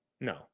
No